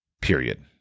period